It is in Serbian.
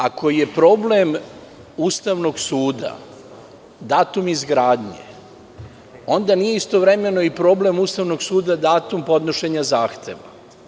Ako je problem Ustavnog suda datum izgradnje, onda nije istovremeno i problem Ustavnog suda datum podnošenja zahteva.